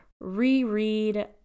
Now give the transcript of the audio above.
reread